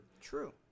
True